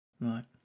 Right